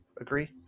agree